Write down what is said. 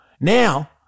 Now